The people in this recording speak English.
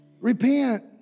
Repent